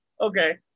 okay